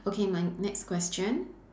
okay my next question